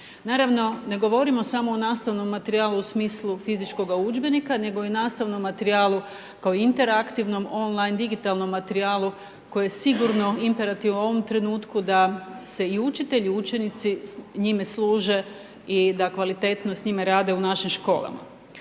Naravno, ne govorimo samo o nastavnom materijalu u smislu fizičkoga udžbenika nego i u nastavnom materijalu kao interaktivnom on line digitalnom materijalu koje je sigurno imperativ u ovom trenutku, da se i učitelj i učenici njime služe i da kvalitetno s njime rade u našim školama.